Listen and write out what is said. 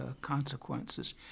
consequences